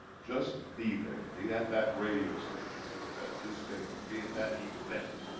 just be there. be at that radio station. be at that newspaper. be at that event.